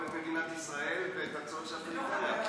את מדינת ישראל ואת הצורך של הפריפריה.